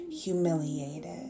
humiliated